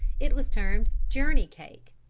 it was termed journey cake,